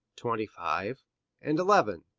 twenty five and eleven,